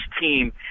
team